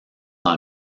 dans